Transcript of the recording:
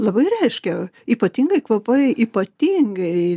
labai reiškia ypatingai kvapai ypatingai